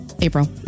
April